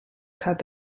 cup